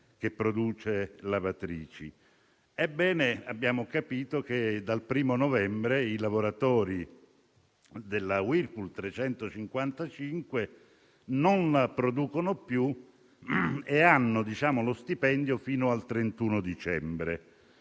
che produce lavatrici. Ebbene, abbiamo capito che, dal 1° novembre, i lavoratori della Whirlpool (355) non producono più e hanno lo stipendio fino al 31 dicembre.